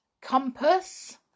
compass